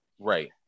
right